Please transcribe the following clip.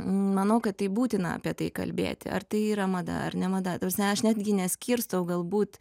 manau kad tai būtina apie tai kalbėti ar tai yra mada ar ne mada ta prasme aš netgi neskirstau galbūt